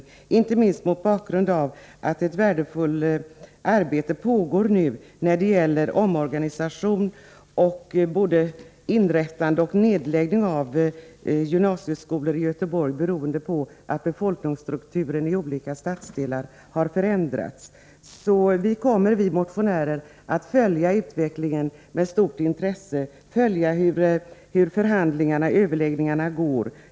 Det är inte minst angeläget mot bakgrund av att ett värdefullt arbete pågår med omorganisation — både inrättande och nedläggning — av gymnasieskolor i Göteborg beroende på att befolkningsstrukturen i olika stadsdelar har förändrats. Vi motionärer kommer att följa utvecklingen med stort intresse, och vi kommer att följa överläggningarna.